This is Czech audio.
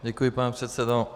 Děkuji, pane předsedo.